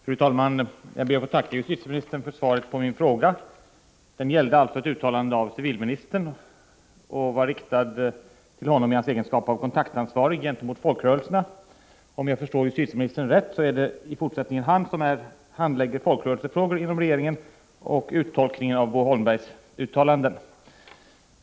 Fru talman! Jag ber att få tacka justitieministern för svaret på min fråga. Den gällde ett uttalande av civilministern och var riktad till honom i hans egenskap av kontaktansvarig gentemot folkrörelserna. Om jag förstår justitieministern rätt är det inom regeringen han som i fortsättningen handlägger folkrörelsefrågor och uttolkningen av Bo Holmbergs uttalanden.